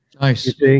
Nice